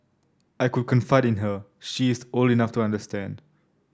I could confide in her she is old enough to understand